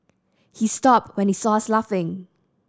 he stopped when he saw us laughing